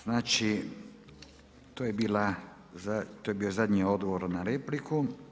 Znači to je bio zadnji odgovor na repliku.